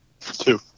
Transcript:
Two